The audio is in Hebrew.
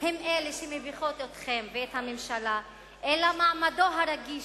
הן אלה שמביכות אתכם ואת הממשלה, אלא מעמדו הרגיש,